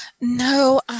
no